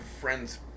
friends